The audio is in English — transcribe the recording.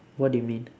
what do you mean